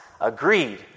agreed